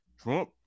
Trump